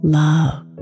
love